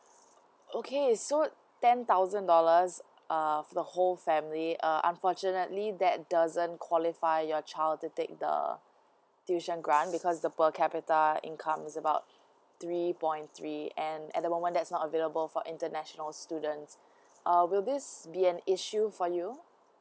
okay so ten thousand dollars uh the whole family uh unfortunately that doesn't qualify your child to take the tuition grant because the per capital income is about three point three and at the moment that's not available for international students uh will this be an issue for you